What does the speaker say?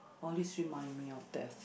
always remind me of death